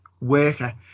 worker